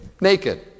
naked